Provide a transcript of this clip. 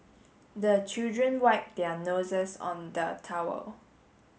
the children wipe their noses on the towel